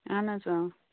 اَہن حظ اۭں